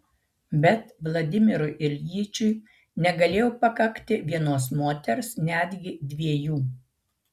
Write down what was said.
bet vladimirui iljičiui negalėjo pakakti vienos moters netgi dviejų